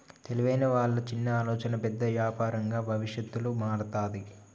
తెలివైన వాళ్ళ చిన్న ఆలోచనే పెద్ద యాపారంగా భవిష్యత్తులో మారతాది